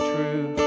true